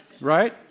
Right